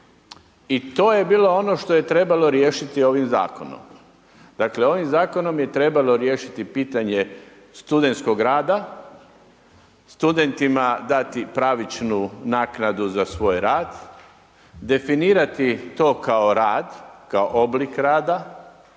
I to je bilo ono što je trebalo riješiti ovim zakonom. Dakle, ovim zakonom je trebalo riješiti pitanje studentskog rada, studentima dati pravičnu naknadu za svoj rad, definirati to kao rad, kao oblik rada